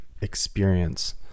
experience